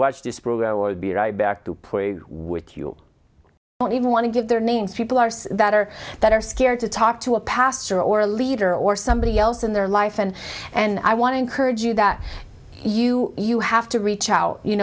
watch this program will be right back to play with you don't even want to give their names people are so that are that are scared to talk to a pastor or a leader or somebody else in their life and and i want to encourage you that you you have to reach out you